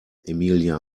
emilia